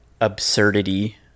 absurdity